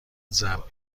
ضرب